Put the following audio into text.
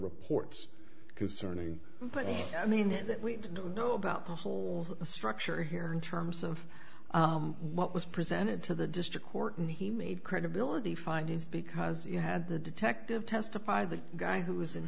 reports concerning putting i mean that we know about the whole structure here in terms of what was presented to the district court and he made credibility findings because you had the detective testify the guy who was in